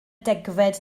degfed